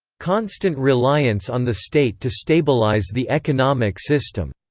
constant reliance on the state to stabilise the economic system.